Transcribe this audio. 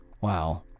Wow